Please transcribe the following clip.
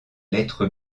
lettre